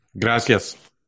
Gracias